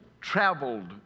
traveled